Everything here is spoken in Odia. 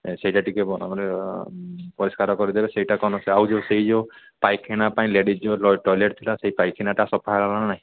ସେଇଟା ଟିକେ ମାନେ ପରିଷ୍କାର କରିଦେବେ ସେଇଟା କ'ଣ ସେ ଆଉ ଯୋଉ ସେଇ ଯୋଉ ପାଇଖାନା ପାଇଁ ଲେଡିଜ୍ ଯୋଉ ଟଏଲେଟ୍ ଥିଲା ସେଇ ପାଇଖାନାଟା ସଫା ହେଲା ନା ନାହିଁ